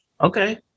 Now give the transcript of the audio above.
Okay